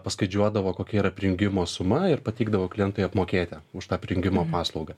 paskaičiuodavo kokia yra prijungimo suma ir pateikdavo klientui apmokėti už tą prijungimo paslaugą